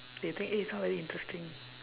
that you think eh this one very interesting